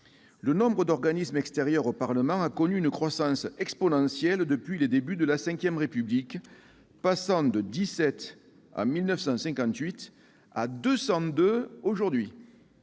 Le nombre d'organismes extérieurs au Parlement a connu une croissance exponentielle depuis les débuts de la VRépublique, passant de dix-sept en 1958 à deux